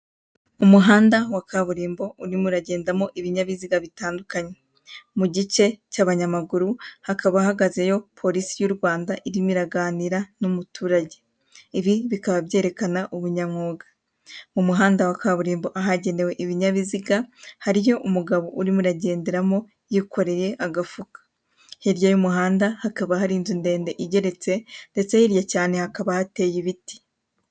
Umuhanda wa kaburimbo urimo uragendamo ibinyabiziga bitandukanye. Mu gice cy'abanyamaguru hakaba hahagazeyo polisi y'u rwanda irimo iraganira n'umuturage. Ibi bikaba byerekana ubunyamwuga. Mu muhanda wa kaburimbo ahagenewe ibinyabiziga hariyo umugabo urimo uragenderamo yikoreye agafuka. Hirya y'umuhanda hakaba hari inzu ndende igeretse ndetse hirya cyane hakaba hateye ibiti.